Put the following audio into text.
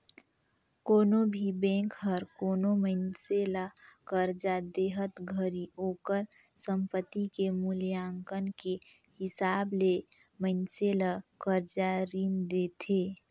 कोनो भी बेंक हर कोनो मइनसे ल करजा देहत घरी ओकर संपति के मूल्यांकन के हिसाब ले मइनसे ल करजा रीन देथे